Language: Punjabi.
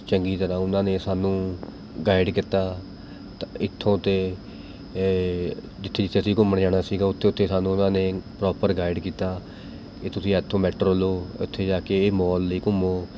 ਚੰਗੀ ਤਰ੍ਹਾਂ ਉਹਨਾਂ ਨੇ ਸਾਨੂੰ ਗਾਈਡ ਕੀਤਾ ਤਾਂ ਇੱਥੋਂ ਅਤੇ ਏ ਜਿੱਥੇ ਜਿੱਥੇ ਅਸੀਂ ਘੁੰਮਣ ਜਾਣਾ ਸੀਗਾ ਉੱਥੇ ਉੱਥੇ ਸਾਨੂੰ ਉਹਨਾਂ ਨੇ ਪ੍ਰੋਪਰ ਗਾਈਡ ਕੀਤਾ ਕਿ ਤੁਸੀਂ ਇੱਥੋਂ ਮੈਟਰੋ ਲਓ ਉੱਥੇ ਜਾ ਕੇ ਇਹ ਮੋਲ ਲਈ ਘੁੰਮੋ